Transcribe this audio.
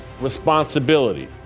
responsibility